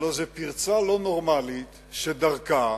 הלוא זו פרצה לא נורמלית שדרכה